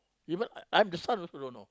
even I'm the son also don't know